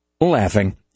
laughing